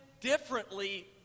differently